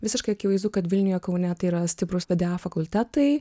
visiškai akivaizdu kad vilniuje kaune tai yra stiprūs pda fakultetai